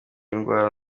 indwara